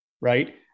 right